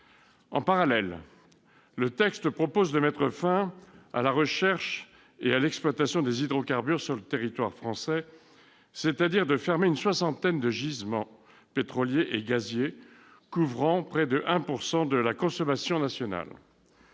Parallèlement, le texte vise à mettre fin à la recherche et à l'exploitation des hydrocarbures sur le territoire français, en fermant une soixantaine de gisements pétroliers et gaziers couvrant près de 1 % de la consommation nationale.